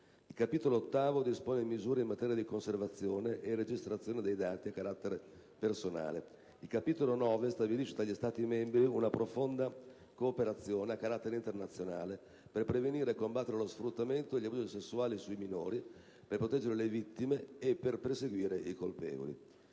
Il Capitolo VIII dispone misure in materia di conservazione e registrazione dei dati a carattere personale. Il Capitolo IX stabilisce tra gli Stati membri una profonda cooperazione a carattere internazionale per prevenire e combattere lo sfruttamento e gli abusi sessuali sui bambini, per proteggere le vittime e per perseguire i colpevoli.